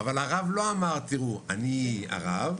אבל הרב לא אמר: אני הרב,